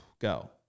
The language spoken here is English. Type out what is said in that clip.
go